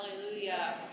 Hallelujah